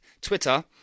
Twitter